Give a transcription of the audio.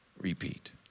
repeat